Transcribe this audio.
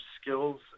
skills